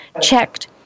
checked